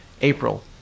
April